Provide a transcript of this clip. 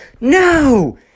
No